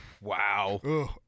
wow